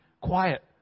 quiet